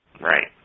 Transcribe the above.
Right